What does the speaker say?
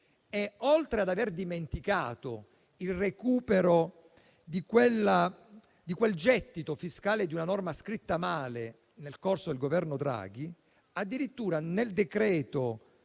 Oltre ad aver dimenticato il recupero del gettito fiscale di una norma scritta male durante il Governo Draghi, addirittura nel cosiddetto